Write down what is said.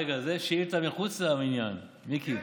רגע, זו שאילתה מחוץ למניין, מיקי.